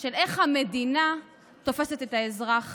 של איך המדינה תופסת את האזרח